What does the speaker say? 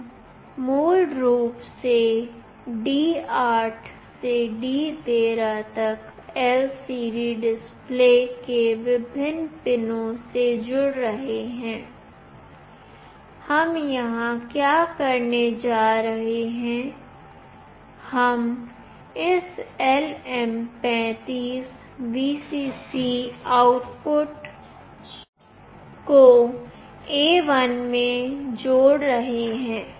हम मूल रूप से D 8 से D 13 तक LCD डिस्प्ले के विभिन्न पिनों से जुड़ रहे हैं हम यहां क्या करने जा रहे हैं हम इस LM35 VCC आउटपुट को A1 में जोड़ रहे हैं